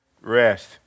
Rest